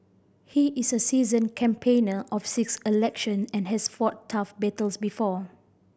he is a seasoned campaigner of six election and has fought tough battles before